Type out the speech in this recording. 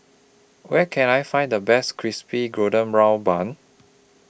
Where Can I Find The Best Crispy Golden Brown Bun